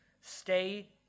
stay